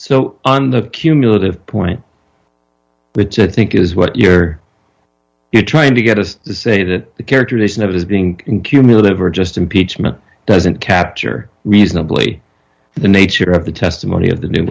so on the cumulative point which i think is what you're you're trying to get us to say that the characterization of it as being cumulative or just impeachment doesn't capture reasonably the nature of the testimony of the new